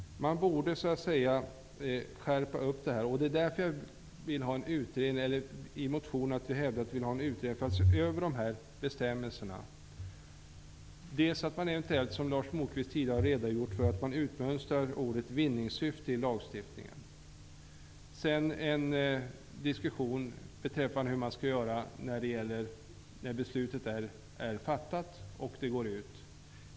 Här borde en skärpning komma till stånd. Det är därför vi i motionen hävdar att vi vill ha en utredning för att se över bestämmelserna. Eventuellt kan man, som Lars Moquist har redogjort för tidigare, utmönstra ordet vinningssyfte ur lagstiftningen. Dessutom behövs en diskussion om hur man skall göra när beslutet är fattat och går ut.